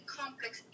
complex